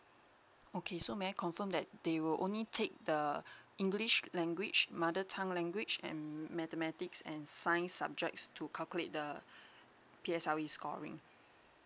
okay so may I confirm that they will only take the english language mother tongue language and mathematics and science subjects to calculate the P_S_L_E scoring